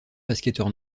basketteur